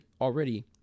already